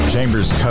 Chambers